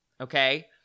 Okay